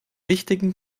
wichtigen